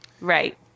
Right